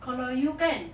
kalau you kan